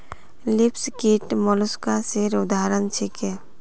लिमस कीट मौलुसकासेर उदाहरण छीके